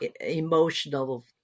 emotional